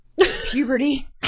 Puberty